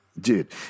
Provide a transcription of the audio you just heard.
Dude